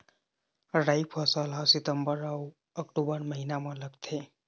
राई फसल हा सितंबर अऊ अक्टूबर महीना मा लगथे